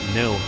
no